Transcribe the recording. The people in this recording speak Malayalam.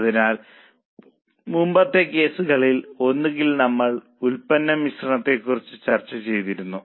അതിനാൽ മുമ്പത്തെ കേസുകളിൽ ഒന്നിൽ നമ്മൾ ഉൽപ്പന്ന മിശ്രണത്തെക്കുറിച്ച് ചർച്ച ചെയ്തിരുന്നു